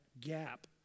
gap